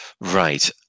Right